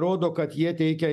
rodo kad jie teikia